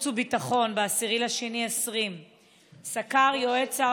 והביטחון ב-10 בפברואר 2020 סקר יועץ שר